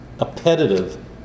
appetitive